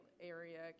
area